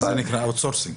זה נקרא "אאוטסורסינג".